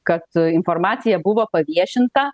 kad informacija buvo paviešinta